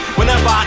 Whenever